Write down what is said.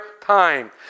time